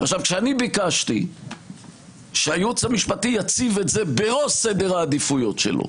כשאני ביקשתי שהייעוץ המשפטי יציב את זה בראש סדר העדיפויות שלו,